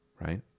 right